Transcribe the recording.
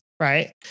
Right